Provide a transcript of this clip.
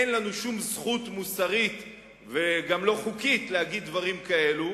אין לנו שום זכות מוסרית וגם לא חוקית להגיד דברים כאלה,